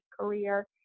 career